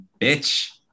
Bitch